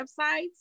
websites